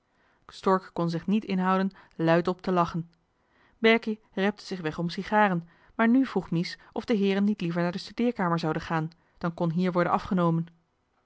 stork kon zich niet inhouden luidop te lachen berkie repte zich weg om sigaren maar nu vroeg mies of de heeren niet liever naar de studeerkamer zouden gaan dan kon hier worden afgenomen